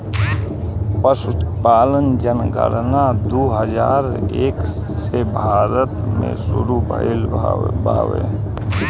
पसुपालन जनगणना दू हजार एक से भारत मे सुरु भइल बावे